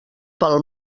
pel